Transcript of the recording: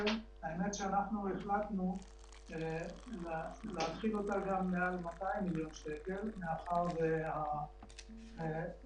זה חייב להישען על שתיים, ואפילו